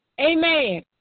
Amen